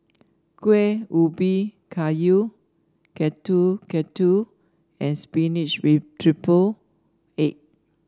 Kueh Ubi Kayu Getuk Getuk and spinach with triple egg